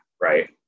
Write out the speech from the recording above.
right